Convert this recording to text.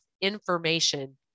information